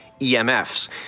EMFs